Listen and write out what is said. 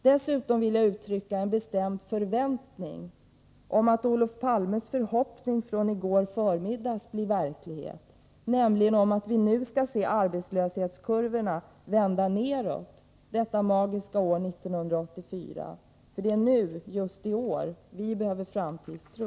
Dessutom vill jag uttrycka en bestämd förväntan om att Olof Palmes förhoppning från i går förmiddag blir verklighet, nämligen att vi nu, detta magiska år 1984, skall se arbetslöshetskurvorna vända nedåt. Det är nu, just i år, vi behöver framtidstro.